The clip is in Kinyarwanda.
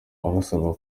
abasaba